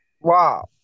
Wow